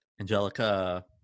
angelica